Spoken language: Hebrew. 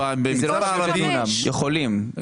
יכולים.